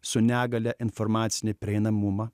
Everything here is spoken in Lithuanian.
su negalia informacinį prieinamumą